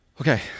Okay